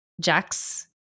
Jack's